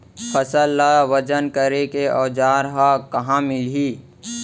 फसल ला वजन करे के औज़ार हा कहाँ मिलही?